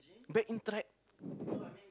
back in track